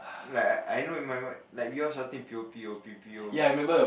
like I I know in my mind like we all shouting p o p o p p o